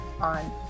on